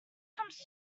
comes